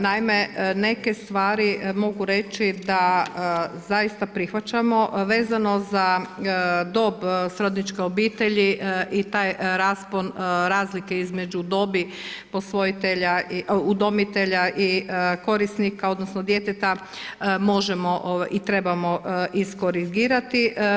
Naime, neke stvari mogu reći da zaista prihvaćamo vezano za dob srodničke obitelji i taj raspon razlike između dobi posvojitelja, udomitelja i korisnika, odnosno djeteta možemo i trebamo iskorigirati.